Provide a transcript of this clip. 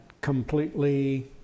completely